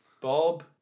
Bob